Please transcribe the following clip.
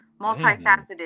Multifaceted